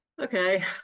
okay